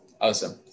awesome